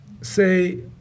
say